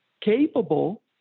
capable